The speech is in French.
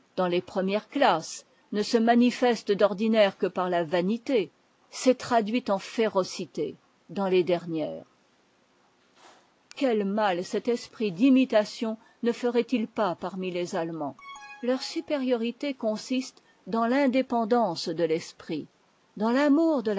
dans les premières classes ne se manifeste d'ordinaire que par la vanité s'est traduite en férocité dans les dernières quel mal cet esprit d'imitation ne ferait-il pas parmi les allemands leur supériorité consiste dans l'indépendance de l'esprit dans l'amour de